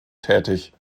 tätig